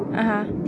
(uh huh)